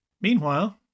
Meanwhile